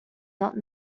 not